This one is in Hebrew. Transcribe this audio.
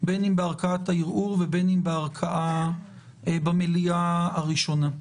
בין בערכאת הערעור ובין במליאה הראשונה?